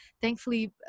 thankfully